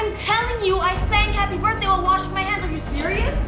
telling you, i sang happy birthday while washing my hands. are you serious?